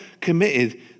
committed